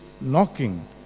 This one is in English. knocking